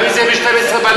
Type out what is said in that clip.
גם אם זה יהיה ב-12 בלילה.